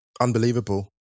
unbelievable